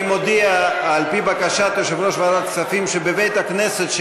אני מודיע על-פי בקשת יושב-ראש ועדת הכספים שבבית-הכנסת של